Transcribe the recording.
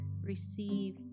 receive